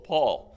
Paul